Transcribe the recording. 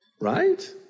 Right